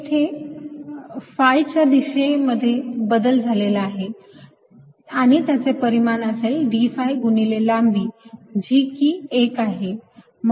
येथे phi च्या दिशे मध्ये बदल झालेला आहे आणि याचे परिमाण असेल d phi गुणिले लांबी जी की 1 आहे